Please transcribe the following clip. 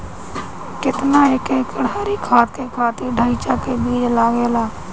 केतना एक एकड़ हरी खाद के खातिर ढैचा के बीज लागेला?